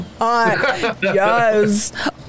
Yes